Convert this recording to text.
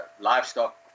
livestock